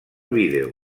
vídeo